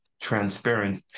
transparent